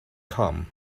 come